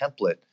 template